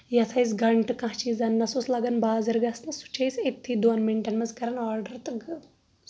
یَتھ أسۍ گنٛٹہٕ کانٛہہ چیٖز اَنٕنس اوس لگان بازر گژھنس سُہ چھِ أسۍ اتۍتھی دۄن مِنٛٹن منٛز کران آڈر تہٕ